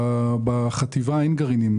בחטיבה אין גרעינים.